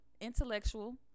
intellectual